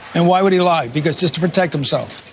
and why would he lie? because just to protect himself.